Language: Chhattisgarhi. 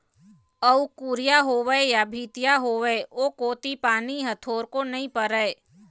अउ कुरिया होवय या भीतिया होवय ओ कोती पानी ह थोरको नइ परय